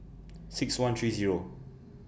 six one three Zero